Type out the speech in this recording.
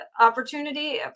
opportunity